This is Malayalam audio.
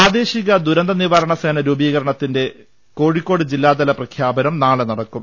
പ്രാദേശിക ദുരന്ത നിവാരണ സേന രൂപീകരണത്തിന്റെ കോഴിക്കോട് ജില്ലാതല പ്രഖ്യാപനം നാളെ നടക്കും